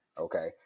Okay